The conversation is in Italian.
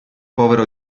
povero